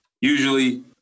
Usually